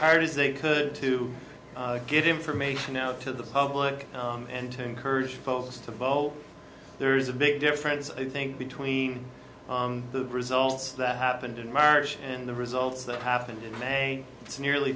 hard as they could to get information out to the public and to encourage folks to vote there is a big difference i think between the results that happened in march and the results that happened in may it's nearly